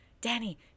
Danny